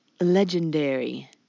legendary